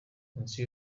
munsi